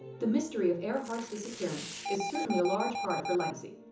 the mystery of earhart's disappearance is certainly a large part of her legacy,